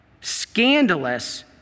scandalous